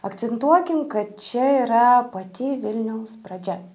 akcentuokim kad čia yra pati vilniaus pradžia